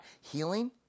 healing